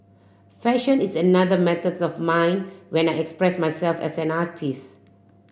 fashion is another methods of mine when I express myself as an artist